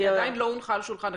היא עדיין לא הונחה על שולחן הכנסת,